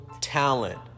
talent